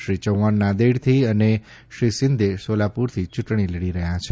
શ્રી ચૌફાણ નાંદેડથી અને શ્રી શિંદે સોલાપુરથી ચૂંટણી લડી રહ્યા છે